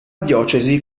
diocesi